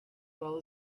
well